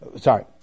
sorry